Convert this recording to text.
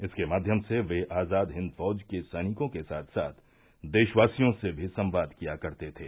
इसके माध्यम से वे आजाद हिंद फौज के सैनिकों के साथ साथ देशवासियों से भी संवाद किया करते थे